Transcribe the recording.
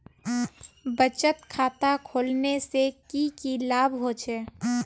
बचत खाता खोलने से की की लाभ होचे?